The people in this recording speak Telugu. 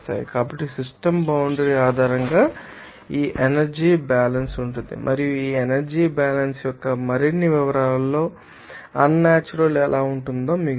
కాబట్టి సిస్టమ్ బౌండ్రి ఆధారంగా ఈ ఎనర్జీ బ్యాలన్స్ ఉంటుంది మరియు ఈ ఎనర్జీ బ్యాలన్స్ యొక్క మరిన్ని వివరాలలో అన్ నేచురల్ ఎలా ఉంటుందో మీకు తెలుసు